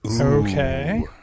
Okay